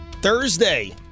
Thursday